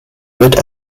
wird